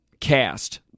cast